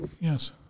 Yes